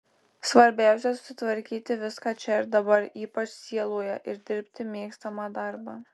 svarbiausia susitvarkyti viską čia ir dabar ypač sieloje ir dirbti mėgstamą darbą